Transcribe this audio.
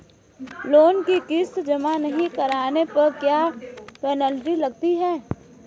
Loan की किश्त जमा नहीं कराने पर क्या पेनल्टी लगती है?